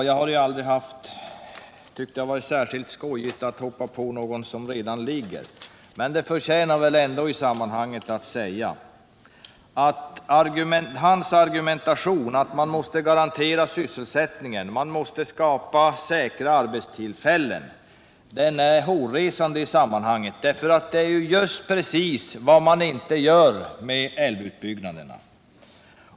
Jag har aldrig tyckt att det är särskilt skojigt att hoppa på någon som redan ligger, men detta förtjänar väl ändå att sägas: Per-Erik Nissers argumentering — att man måste garantera sysselsättningen och skapa säkra arbetstillfällen — är hårresande. Det är ju just precis vad man inte gör genom älvutbyggnaderna.